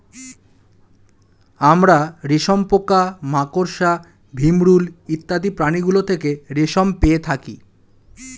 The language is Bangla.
আমরা রেশম পোকা, মাকড়সা, ভিমরূল ইত্যাদি প্রাণীগুলো থেকে রেশম পেয়ে থাকি